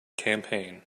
campaign